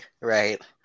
right